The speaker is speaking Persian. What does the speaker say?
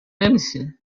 نمیشیم